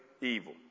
evil